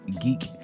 Geek